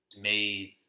made